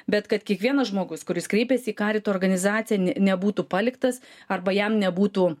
bet kad kiekvienas žmogus kuris kreipiasi į karito organizaciją nebūtų paliktas arba jam nebūtų